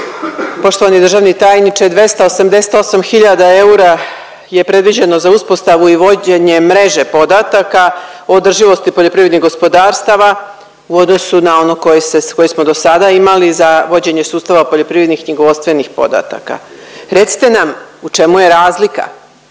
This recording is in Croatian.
Poštovani državni tajniče, 288 hiljada eura je predviđeno za uspostavu i vođenje mreže podataka o održivosti poljoprivrednih gospodarstava, u odnosu na ono koje smo do sada imali, za vođenje sustava poljoprivrednih knjigovodstvenih podataka. Recite nam u čemu je razlika